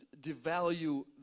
devalue